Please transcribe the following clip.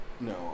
No